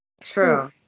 true